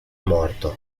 morto